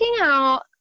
out